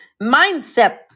mindset